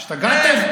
השתגעתם?